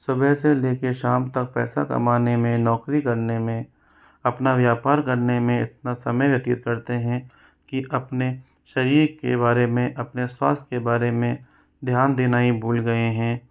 सुबह से लेकर शाम तक पैसा कमाने में नौकरी करने में अपना व्यापार करने में इतना समय व्यतीत करते हैं कि अपने शरीर के बारे में अपने स्वास्थ्य के बारे में ध्यान देना ही भूल गए हैं